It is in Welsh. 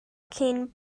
cyn